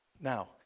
Now